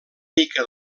mica